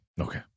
Okay